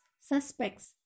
suspects